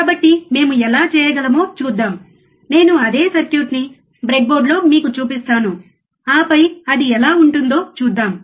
కాబట్టి మేము ఎలా చేయగలమో చూద్దాం నేను అదే సర్క్యూట్ ని బ్రెడ్బోర్డులో మీకు చూపిస్తాను ఆపై అది ఎలా ఉంటుందో చూద్దాం